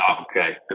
Okay